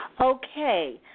Okay